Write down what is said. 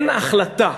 אין החלטה